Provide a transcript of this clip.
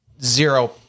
zero